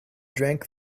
drank